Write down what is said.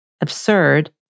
absurd